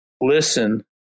listen